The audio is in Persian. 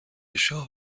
شاه